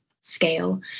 scale